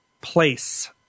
place